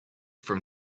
from